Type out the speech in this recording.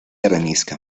arenisca